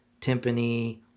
timpani